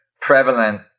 prevalent